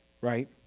right